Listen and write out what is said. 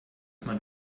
man